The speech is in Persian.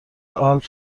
آلپ